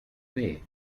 way